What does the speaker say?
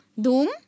Doom